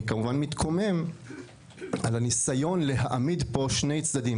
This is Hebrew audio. ואני כמובן מתקומם מול הניסיון להעמיד פה שני צדדים.